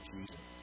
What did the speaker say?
Jesus